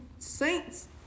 Saints